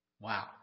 Wow